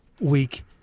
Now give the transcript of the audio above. week